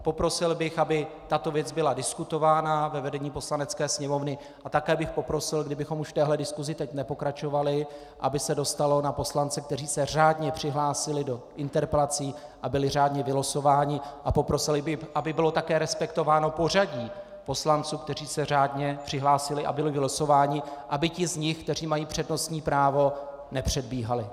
Poprosil bych, aby tato věc byla diskutována ve vedení Poslanecké sněmovny, a také bych poprosil, kdybychom už v této diskusi teď nepokračovali, aby se dostalo na poslance, kteří se řádně přihlásili do interpelací a byli řádně vylosováni, a poprosil bych, aby bylo také respektováno pořadí poslanců, kteří se řádně přihlásili a byli vylosováni, aby ti z nich, kteří mají přednostní právo, nepředbíhali.